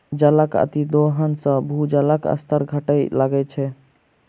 जलक अतिदोहन सॅ भूजलक स्तर घटय लगैत छै